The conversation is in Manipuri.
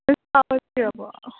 ꯑꯣꯏꯕꯤꯔꯕꯣ